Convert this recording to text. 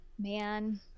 Man